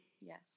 Yes